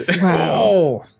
Wow